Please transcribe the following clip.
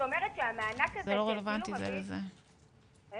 זאת אומרת שהמענק שאנחנו מקבלים --- אני